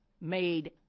made